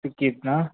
तो कितना